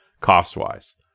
cost-wise